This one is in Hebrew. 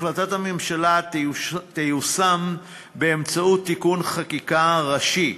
החלטת הממשלה תיושם באמצעות תיקון חקיקה ראשי,